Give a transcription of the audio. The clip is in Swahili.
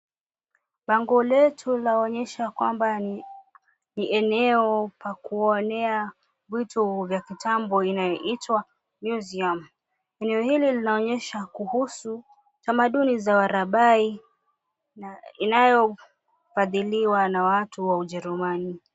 Bango letu linaonyesha kwamba ni eneo pa kuonea vitu vya kitambo inayoitwa Museum . Eneo hili linaonyesha kuhusu tamaduni za Warabai, na inayofadhiliwa na watu wa Ujerumani.